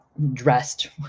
dressed